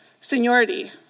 seniority